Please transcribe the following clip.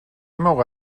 موقع